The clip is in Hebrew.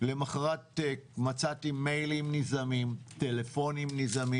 למחרת מצאתי מיילים וטלפונים נזעמים